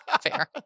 Fair